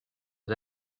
aux